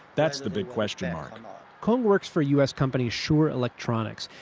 that's the big question mark kong works for u s. company shure electronics.